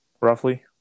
roughly